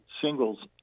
singles